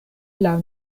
laŭ